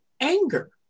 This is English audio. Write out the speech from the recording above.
anger